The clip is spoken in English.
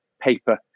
paper